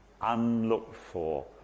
unlooked-for